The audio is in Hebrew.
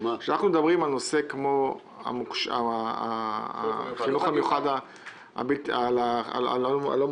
כשאנחנו מדברים על נושא כמו החינוך המיוחד הלא מוכשר,